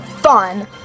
Fun